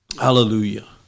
Hallelujah